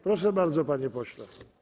Proszę bardzo, panie pośle.